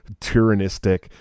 Tyrannistic